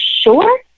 sure